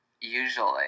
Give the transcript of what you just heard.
usually